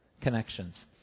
connections